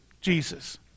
Jesus